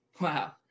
wow